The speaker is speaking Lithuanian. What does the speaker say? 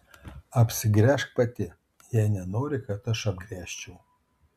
apsigręžk pati jei nenori kad aš apgręžčiau